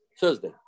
Thursday